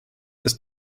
ist